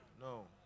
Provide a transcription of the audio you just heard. No